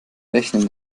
rechnen